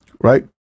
Right